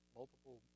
multiple